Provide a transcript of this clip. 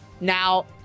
Now